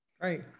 Great